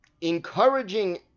encouraging